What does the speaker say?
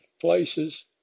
places